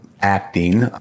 acting